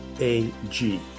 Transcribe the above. a-g